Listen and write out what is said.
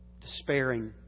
despairing